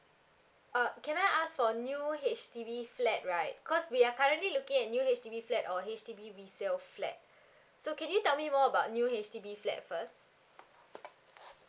uh can I ask for a new H_D_B flat right cause we are currently looking at a new H_D_B flat or H_D_B resale flat so can you tell me more about new H_D_B flat first